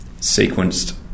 sequenced